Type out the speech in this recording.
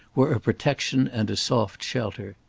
were a protection and a soft shelter.